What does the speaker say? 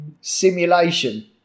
simulation